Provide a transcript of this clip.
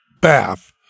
bath